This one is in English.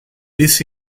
this